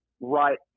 right